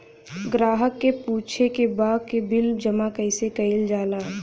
ग्राहक के पूछे के बा की बिल जमा कैसे कईल जाला?